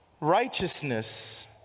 Righteousness